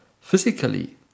Physically